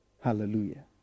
Hallelujah